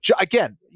again